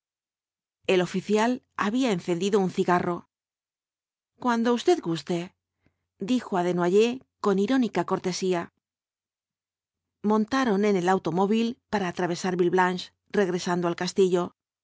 el oficial había encendido un cigarro los cuatro jikbtbs dhl apocalipsis cuando usted guste dijo á desnoyers con irónica cortesía montaron en el automóvil para atravesar villeblanche regresando al castillo